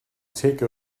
take